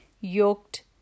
yoked